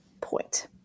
point